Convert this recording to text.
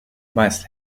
must